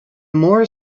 more